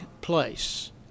place